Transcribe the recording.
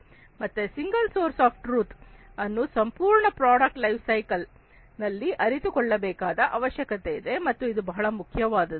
ಮತ್ತೆ single source of truth ಅನ್ನು ಸಂಪೂರ್ಣ ಪ್ರಾಡಕ್ಟ್ ಲೈಫ್ ಸೈಕಲ್ ನಲ್ಲಿ ಅರಿತುಕೊಳ್ಳಬೇಕಾದ ಅವಶ್ಯಕತೆ ಇದೆ ಮತ್ತು ಇದು ಬಹಳ ಮುಖ್ಯವಾದದ್ದು